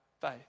faith